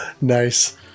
Nice